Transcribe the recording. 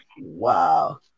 Wow